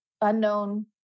unknown